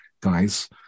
guys